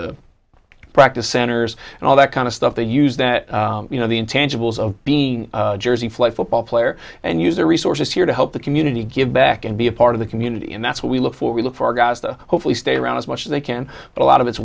the practice centers and all that kind of stuff they use that you know the intangibles of being jersey flag football player and use their resources here to help the community give back and be a part of the community and that's what we look for we look for gaza hopefully stay around as much as they can but a lot of it's